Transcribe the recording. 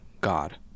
God